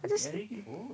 I just